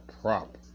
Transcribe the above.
prop